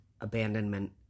abandonment